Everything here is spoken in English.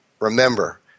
remember